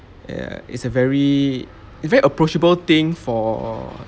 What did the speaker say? ya it's a very very approachable thing for